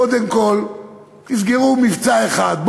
קודם כול תסגרו מבצע אחד,